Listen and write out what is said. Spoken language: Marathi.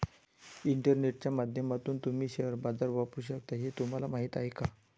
इंटरनेटच्या माध्यमातून तुम्ही शेअर बाजार वापरू शकता हे तुम्हाला माहीत आहे का?